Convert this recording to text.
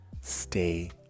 stay